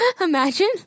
Imagine